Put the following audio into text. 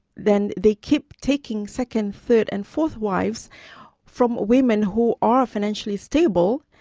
then they keep taking second, third and fourth wives from women who are financially stable,